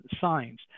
signs